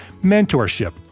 mentorship